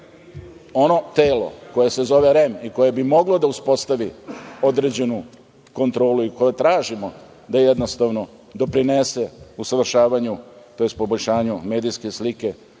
ono telo koje se zove REM i koje bi moglo da uspostavi određenu kontrolu i koje tražimo da jednostavno doprinese usavršavanju, tj. poboljšanju medijske slike